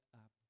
up